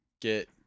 get